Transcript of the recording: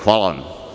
Hvala vam.